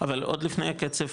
אבל עוד לפני הקצב,